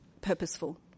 purposeful